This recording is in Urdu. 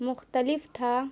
مختلف تھا